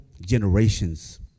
generations